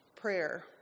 prayer